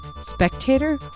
Spectator